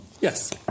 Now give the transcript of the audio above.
Yes